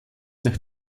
nach